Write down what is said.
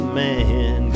man